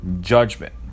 Judgment